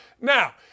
Now